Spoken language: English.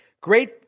Great